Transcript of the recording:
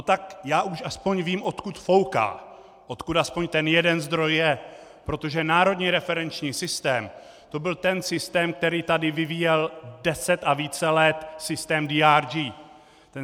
Tak já už aspoň vím, odkud fouká, odkud aspoň ten jeden zdroj je, protože Národní referenční systém, to byl systém, který tady vyvíjel deset a více let systém DRG.